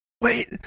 Wait